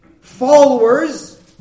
followers